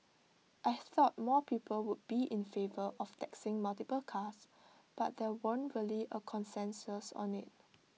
I thought more people would be in favour of taxing multiple cars but there weren't really A consensus on IT